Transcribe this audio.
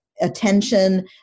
attention